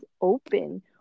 open